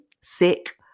sick